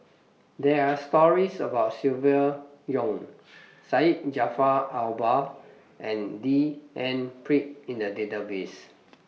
There Are stories about Silvia Yong Syed Jaafar Albar and D N Pritt in The Database